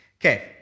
Okay